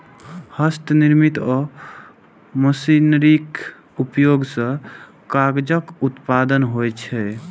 हस्तनिर्मित आ मशीनरीक उपयोग सं कागजक उत्पादन होइ छै